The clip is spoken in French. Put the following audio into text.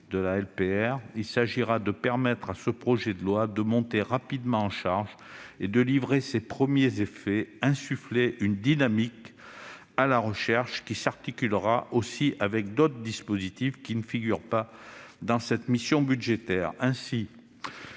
de la LPR. Il s'agira de permettre à ce projet de loi de monter rapidement en charge et de livrer ses premiers effets, en insufflant une dynamique à la recherche qui s'articulera aussi avec d'autres dispositifs ne figurant pas dans cette mission budgétaire.